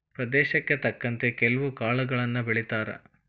ಪ್ರದೇಶಕ್ಕೆ ತಕ್ಕಂತೆ ಕೆಲ್ವು ಕಾಳುಗಳನ್ನಾ ಬೆಳಿತಾರ